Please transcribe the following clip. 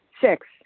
Six